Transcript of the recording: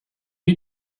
you